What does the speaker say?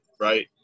right